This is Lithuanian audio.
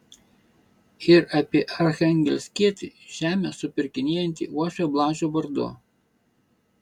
ir apie archangelskietį žemę supirkinėjantį uošvio blažio vardu